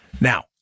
Now